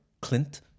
Clint